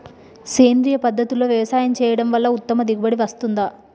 సేంద్రీయ పద్ధతుల్లో వ్యవసాయం చేయడం వల్ల ఉత్తమ దిగుబడి వస్తుందా?